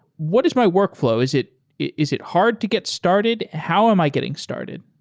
what is my workflow? is it is it hard to get started? how am i getting started?